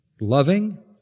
loving